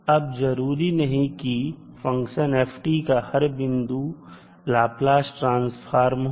अब जरूरी नहीं है कि फंक्शन f का हर बिंदु पर लाप्लास ट्रांसफॉर्म हो